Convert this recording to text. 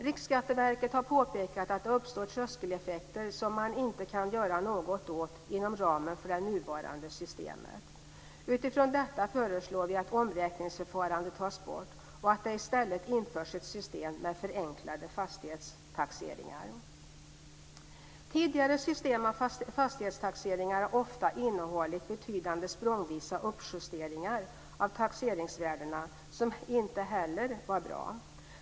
Riksskatteverket har påpekat att det uppstår tröskeleffekter som man inte kan göra något åt inom ramen för det nuvarande systemet. Utifrån detta föreslår vi att omräkningsförfarandet tas bort och att det istället införs ett system med förenklade fastighetstaxeringar. Tidigare system av fastighetstaxeringar har ofta innehållit betydande språngvisa uppjusteringar av taxeringsvärdena som inte heller var bra.